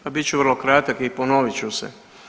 Pa bit ću vrlo kratak i ponovit ću se.